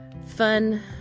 fun